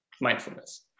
mindfulness